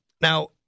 now